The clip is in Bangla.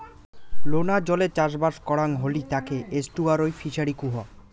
লোনা জলে চাষবাস করাং হলি তাকে এস্টুয়ারই ফিসারী কুহ